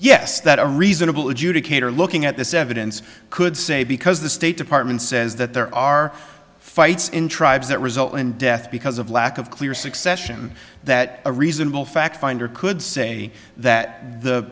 yes that a reasonable adjudicator looking at this evidence could say because the state department says that there are fights in tribes that result in death because of lack of clear succession that a reasonable fact finder could say that the